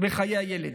בחיי הילד.